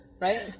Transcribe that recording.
Right